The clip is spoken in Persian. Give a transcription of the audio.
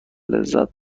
لذت